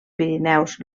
pirineus